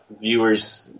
viewers